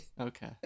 Okay